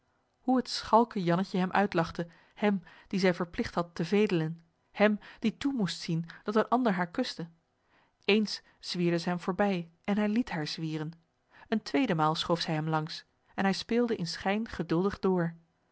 hoe het schalke jannetje hem uitlachte hem dien zij verpligt had te vedelen hem die toe moest zien dat een ander haar kuste eens zwierde zij hem voorbij en hij liet haar zwieren een tweedenmale stoof zij hem langs en hij speelde in schijn geduldig door